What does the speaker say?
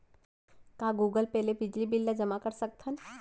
का Google Pay ले बिजली बिल ल जेमा कर सकथन?